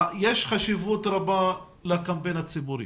יש חשיבות רבה לקמפיין הציבורי.